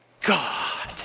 God